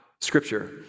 Scripture